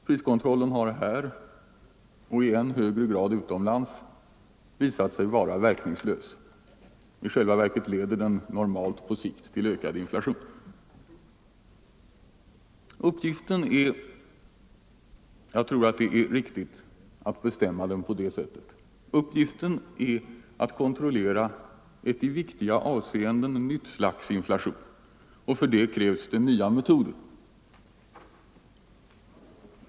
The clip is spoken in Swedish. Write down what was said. Priskontrollen har här, och i än högre grad utomlands, visat sig vara verkningslös. I själva verket leder den normalt på sikt till ökad inflation. Uppgiften är — jag tror det är riktigt att bestämma den på det sättet —- att kontrollera ett i viktiga avseenden nytt slag av inflation, och för det krävs nya metoder.